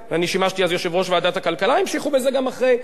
כאשר חברי שאמה-הכהן החליף אותי בתפקיד.